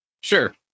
Sure